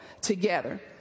together